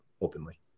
openly